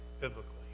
biblically